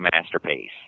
masterpiece